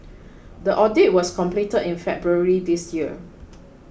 the audit was completed in February this year